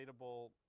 relatable